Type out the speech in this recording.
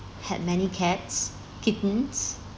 had many cats kittens